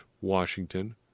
Washington